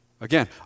Again